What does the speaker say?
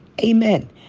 Amen